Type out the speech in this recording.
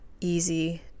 easy